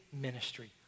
ministry